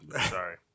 Sorry